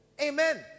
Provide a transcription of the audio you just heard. Amen